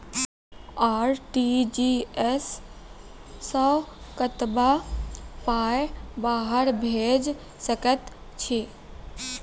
RTGS सअ कतबा पाय बाहर भेज सकैत छी?